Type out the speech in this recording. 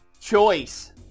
choice